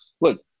Look